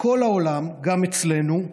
בכל העולם, גם אצלנו,